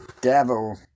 devil